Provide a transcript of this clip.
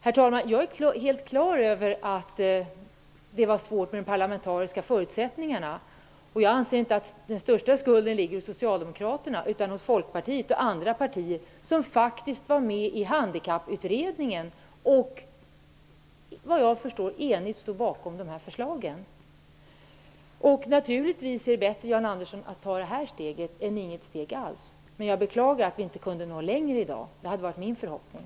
Herr talman! Jag är helt införstådd med att det är svårt med de parlamentariska förutsättningarna. Jag anser inte att den största skulden ligger hos Socialdemokraterna utan hos Folkpartiet och andra partier, som faktiskt var med i Handikapputredningen och som, såvitt jag förstår, enigt stod bakom dessa förslag. Naturligtvis är detta steg bättre än inget steg alls, Jan Andersson. Men jag beklagar att vi inte kunde nå längre i dag, vilket var min förhoppning.